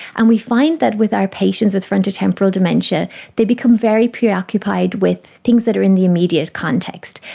and we find that with our patients with frontotemporal dementia they become very preoccupied with things that are in the immediate context.